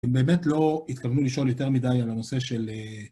אם באמת לא התכוונו לשאול יותר מדי על הנושא של...